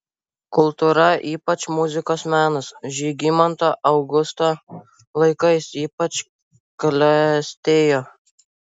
kultūra ypač muzikos menas žygimanto augusto laikais ypač klestėjo